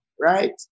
Right